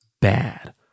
bad